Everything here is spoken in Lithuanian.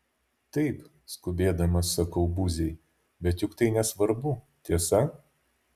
taip skubėdamas sakau buziai bet juk tai nesvarbu tiesa